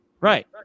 Right